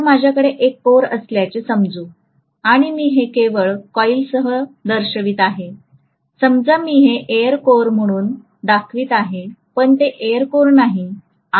आता माझ्याकडे एक कोर असल्याचे समजू आणि मी हे केवळ कॉइलसह दर्शवित आहे समजा मी हे एअर कोअर म्हणून दाखवित आहेपण ते एअर कोअर नाही